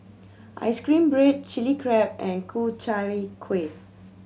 ice cream bread Chili Crab and Ku Chai Kuih